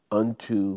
unto